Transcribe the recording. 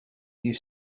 you